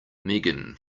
megan